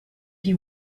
you